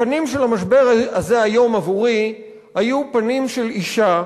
הפנים של המשבר הזה היום עבורי היו פנים של אשה,